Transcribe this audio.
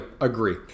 agree